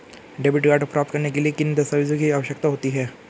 Debit card प्राप्त करने के लिए किन दस्तावेज़ों की आवश्यकता होती है?